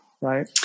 right